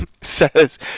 says